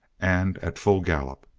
and at full gallop!